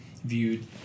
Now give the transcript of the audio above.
viewed